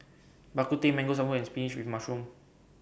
Bak Kut Teh Mango Sago and Spinach with Mushroom